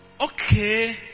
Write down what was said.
Okay